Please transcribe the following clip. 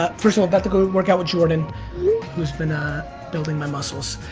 of. first of all, about to go work out with jordan who's been ah building my muscles.